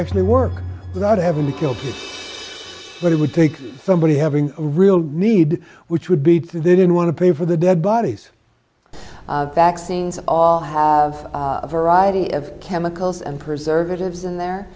actually work without having to kill but it would take somebody having a real need which would be true they didn't want to pay for the dead bodies of vaccines all have a variety of chemicals and preserve it is in there